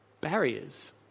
barriers